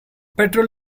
petrol